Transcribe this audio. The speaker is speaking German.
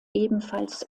ebenfalls